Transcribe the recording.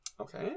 Okay